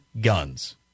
guns